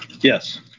Yes